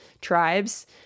tribes